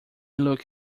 look